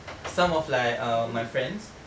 some of like err my friends